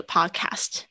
Podcast